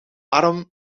arm